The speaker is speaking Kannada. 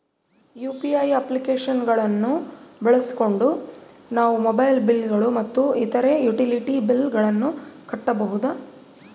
ಯು.ಪಿ.ಐ ಅಪ್ಲಿಕೇಶನ್ ಗಳನ್ನ ಬಳಸಿಕೊಂಡು ನಾವು ಮೊಬೈಲ್ ಬಿಲ್ ಗಳು ಮತ್ತು ಇತರ ಯುಟಿಲಿಟಿ ಬಿಲ್ ಗಳನ್ನ ಕಟ್ಟಬಹುದು